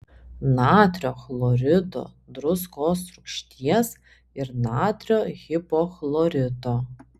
natrio chlorido druskos rūgšties ir natrio hipochlorito